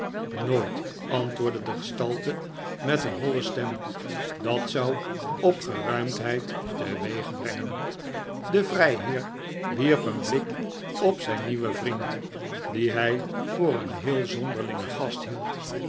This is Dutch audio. nooit antwoordde de gestalte met e'en holle stem dat zou opgeruimdheid teweegbrengen de vrijheer wierp een blik op zijn nieuwen vriend dien hij voor een heel zonderlingen gast hield